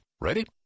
ready